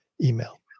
email